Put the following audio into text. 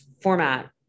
format